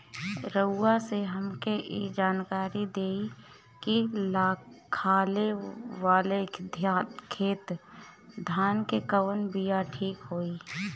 रउआ से हमके ई जानकारी देई की खाले वाले खेत धान के कवन बीया ठीक होई?